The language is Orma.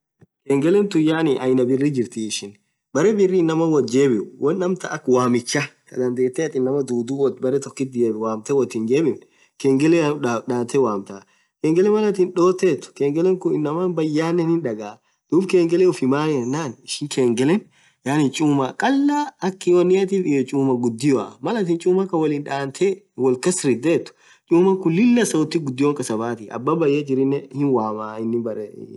Khengeleen tun yaani aina birri jirthii ishin berre birr inaman woth jebhii. won amtan akha wammichaa kadha dhethee athii inamaa dhudhu woth berre tokkit jebhii wamthee wothi hin jebin kengelen dhaten wamtaaa kengelee Mal attin dhotethu kengelen khun inamaa bayanen hindhagaa dhub kengelefi ufii maaenan ishin kengelen yaani chumaa khalaaa akhii woniathif iyoo chumaa gudhio Mal athin chumma Khan wolin dhathethu wol kas ridhethu chuma khun Lilah sauti ghudion khasa batiii abbaa bayaa jirinen hin waaamaa inni beree dhaan hin dhaghaa